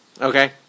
Okay